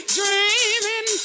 dreaming